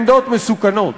לעמדות מסוכנות.